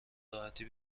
راحتی